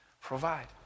provide